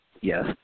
yes